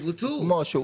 בוצעו.